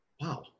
Wow